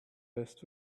west